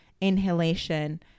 inhalation